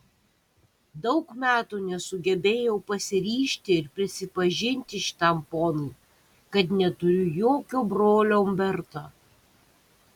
daug metų nesugebėjau pasiryžti ir prisipažinti šitam ponui kad neturiu jokio brolio umberto